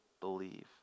believe